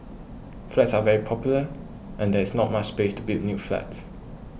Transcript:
flats are very popular and there is not much space to build new flats